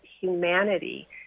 humanity